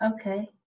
Okay